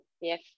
yes